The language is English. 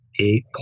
eight